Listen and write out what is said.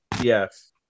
Yes